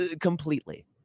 completely